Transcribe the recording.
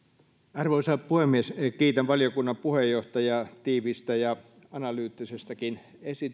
arvoisa puhemies kiitän valiokunnan puheenjohtajaa tiiviistä ja analyyttisestakin